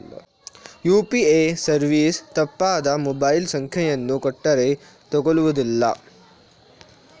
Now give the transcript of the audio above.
UPA service ತಪ್ಪಾದ mobile ಸಂಖ್ಯೆಯನ್ನು ಕೊಟ್ಟರೇ ತಕೊಳ್ಳುವುದಿಲ್ಲ